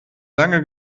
lange